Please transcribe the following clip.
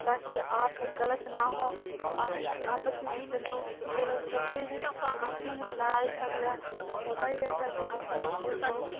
تاکہ آپ غلط نہ ہو آپ آپس میں ایسے لوگ غلط ہوتے ہیں کرتے ہیں لڑائی جھگڑا تو ہوتا ہی رہتا ہے جہاں پر ہر کوئی لوگ